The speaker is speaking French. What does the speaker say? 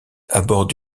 aborde